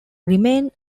remain